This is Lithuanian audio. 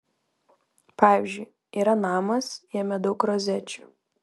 pavyzdžiui yra namas jame daug rozečių